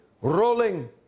rolling